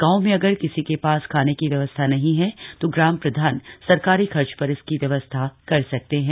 गांव में यदि किसी के पास खाने की व्यवस्था नहीं है तो ग्राम प्रधान सरकारी खर्च पर इसकी व्यवस्था कर सकते है